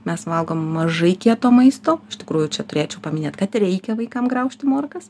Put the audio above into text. mes valgom mažai kieto maisto iš tikrųjų čia turėčiau paminėt kad reikia vaikams graužti morkas